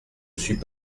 suis